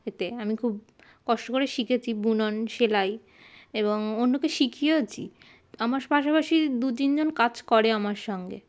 এতে আমি খুব কষ্ট করে শিখেছি বুনন সেলাই এবং অন্যকে শিখিয়েওছি আমার পাশাপাশি দু তিনজন কাজ করে আমার সঙ্গে